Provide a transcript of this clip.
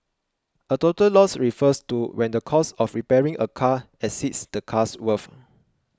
a total loss refers to when the cost of repairing a car exceeds the car's worth